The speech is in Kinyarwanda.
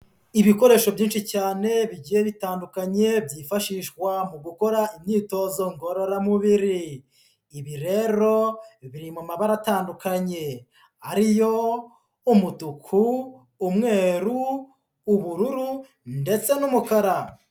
Ibikoresho byinshi cyane bigiye bitandukanye byifashishwa mu gukora imyitozo ngororamubiri, ibi rero biri mu mabara atandukanye ariyo umutuku, umweru, ubururu ndetse n'umukara.